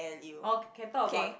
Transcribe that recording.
or can talk about